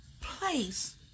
place